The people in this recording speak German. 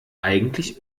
eigentlich